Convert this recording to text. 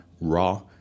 RAW